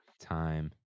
time